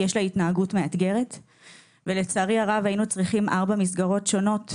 יש לה התנהגות מאתגרת ולצערי הרב היינו צריכים ארבע מסגרות שונות.